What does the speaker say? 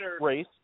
race